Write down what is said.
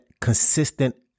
consistent